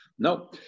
No